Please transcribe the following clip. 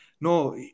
No